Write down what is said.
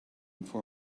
for